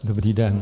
Dobrý den.